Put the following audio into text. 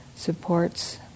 supports